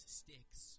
sticks